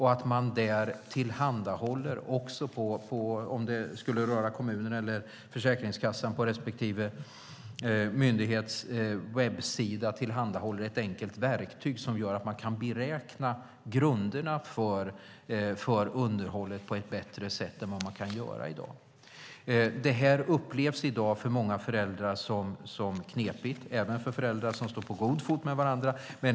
Tanken är att vi, om det skulle röra kommunen eller Försäkringskassan, på respektive myndighets webbsida tillhandahåller ett enkelt verktyg som gör att man kan beräkna grunderna för underhållet på ett bättre sätt än man kan göra i dag. Detta upplevs i dag av många föräldrar som knepigt, även av föräldrar som står på god fot med varandra.